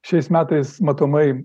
šiais metais matomai